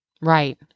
Right